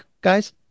guys